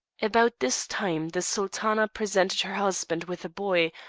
about this time the sultana presented her husband with a boy,